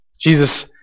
Jesus